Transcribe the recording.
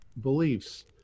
beliefs